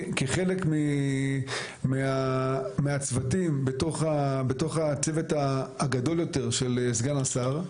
כחלק מהצוותים בתוך הצוות הגדול יותר של סגן השר,